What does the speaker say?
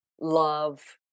love